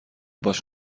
باش